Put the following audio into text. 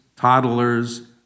toddlers